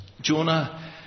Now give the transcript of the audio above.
Jonah